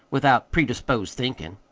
without predisposed thinkin'.